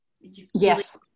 Yes